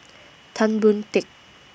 Tan Boon Teik